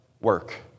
work